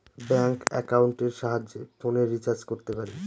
bank একাউন্টের সাহায্যে ফোনের রিচার্জ করতে পারি